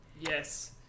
Yes